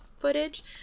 footage